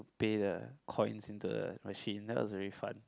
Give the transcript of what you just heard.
pay the coins in the machine that was really fun